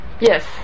Yes